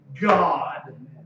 God